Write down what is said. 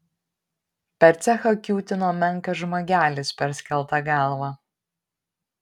per cechą kiūtino menkas žmogelis perskelta galva